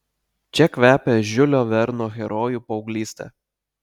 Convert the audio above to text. čia kvepia žiulio verno herojų paauglyste